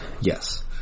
Yes